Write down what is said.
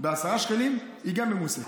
בעשרה שקלים, היא גם ממוסה.